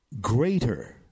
greater